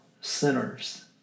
sinners